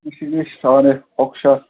ꯉꯁꯤꯗꯤ ꯁꯥꯔꯦ ꯑꯣꯛꯁꯥ